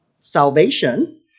salvation